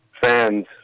Fans